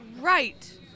Right